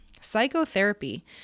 Psychotherapy